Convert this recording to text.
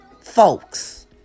folks